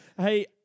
Hey